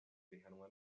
bihanwa